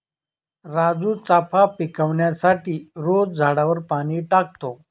राजू चाफा पिकवण्यासाठी रोज झाडावर पाणी टाकतो